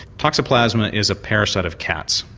toxoplasma is a parasite of cats.